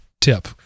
tip